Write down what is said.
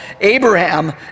Abraham